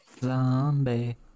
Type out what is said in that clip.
zombie